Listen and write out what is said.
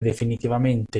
definitivamente